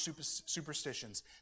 superstitions